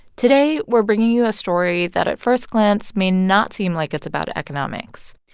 today, we're bringing you a story that, at first glance, may not seem like it's about economics.